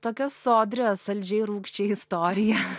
tokią sodrią saldžiai rūgščią istoriją